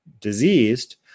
diseased